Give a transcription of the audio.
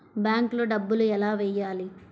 బ్యాంక్లో డబ్బులు ఎలా వెయ్యాలి?